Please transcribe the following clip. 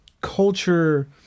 culture